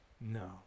No